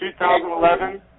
2011